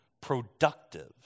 productive